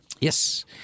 Yes